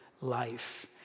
life